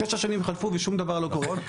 תשע שנים חלפו ושום דבר לא קורה.